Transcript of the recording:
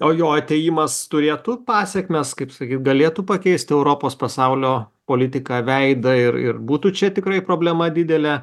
o jo atėjimas turėtų pasekmes kaip sakyt galėtų pakeisti europos pasaulio politiką veidą ir ir būtų čia tikrai problema didelė